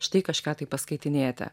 štai kažką tai paskaitinėti